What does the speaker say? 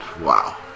Wow